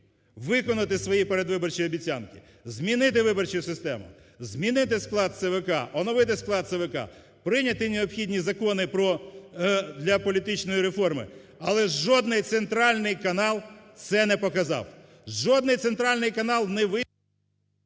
виконати свої передвиборчі обіцянки, змінити виборчу систему, змінити склад ЦВК, оновити склад ЦВК, прийняти необхідні закони для політичної реформи, але жодний центральний канал це не показав, жодний центральний канал не…